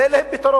ואין להם פתרון.